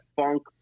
funk